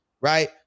right